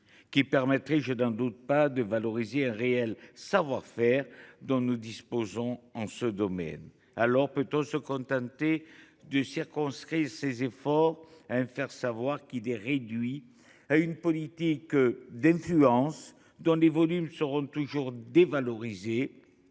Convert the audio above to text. qui permettrait, je n’en doute pas, de valoriser le réel savoir faire dont nous disposons en ce domaine. Mais peut on se contenter de circonscrire ces efforts à un faire savoir, qui les réduit à une politique d’influence, dont les volumes seront toujours dévalorisés